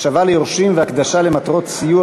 היא רשומה כאן להמשך טיפול בוועדת הכלכלה.